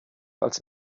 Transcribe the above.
als